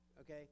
okay